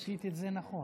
ביטאתי את זה נכון.